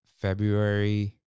February